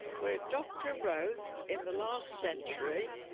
where dr routh in the last century.